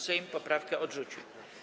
Sejm poprawkę odrzucił.